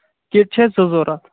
kit چھیٛا ژےٚ ضروٗرت